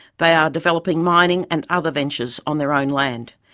they are developing mining and other ventures on their own land.